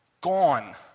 Gone